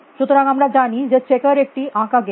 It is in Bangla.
সসুতরাং আমরা জানি যে চেকার একটি আঁকা গেম